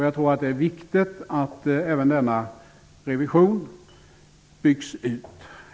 Jag tror att det är viktigt att även denna revision byggs ut.